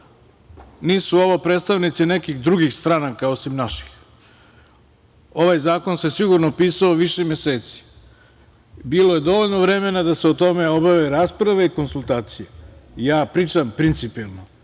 Nisu ovo predstavnici nekih drugih stranaka osim naših. Ovaj zakon se sigurno pisao više meseci. Bilo je dovoljno vremena da se o tome obave rasprave i konsultacije. Pričam principijelno